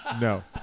No